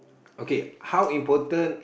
okay how important